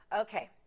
Okay